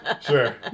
Sure